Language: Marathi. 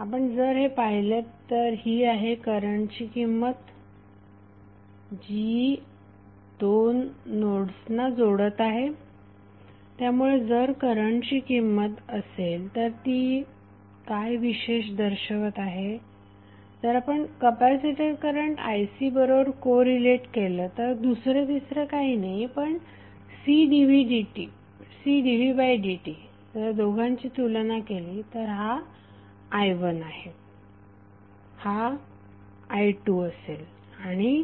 आपण जर हे पाहिलेत ही आहे करंट ची किंमत जी 2 नोडस ना जोडत आहे त्यामुळे जर करंटची किंमत असेल तर ती काय विशेष दर्शवत आहे जर आपण कपॅसिटर करंट icबरोबर कोरीलेट केले तर दुसरे काही नाही परंतु C dvdt जर दोघांची तुलना केली तर हा i1 आहे हा असेल i2 आणि